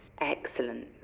Excellent